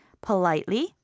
politely